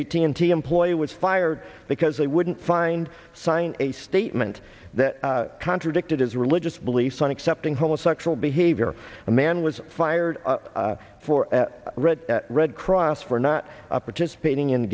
eighteen to employee was fired because they wouldn't find sign a statement that contradicted his religious beliefs on accepting homosexual behavior a man was fired for red red cross for not participating in